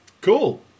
Cool